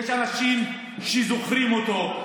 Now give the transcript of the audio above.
יש אנשים שזוכרים אותו.